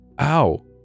Ow